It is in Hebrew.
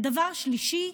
דבר שלישי,